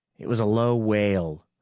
it was a low wail,